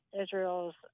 Israel's